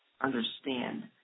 understand